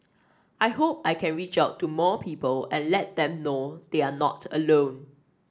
I hope I can reach out to more people and let them know they're not alone